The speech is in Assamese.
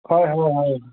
হয় হয় হয়